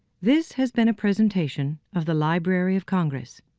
this has been a presentation of the library of congress.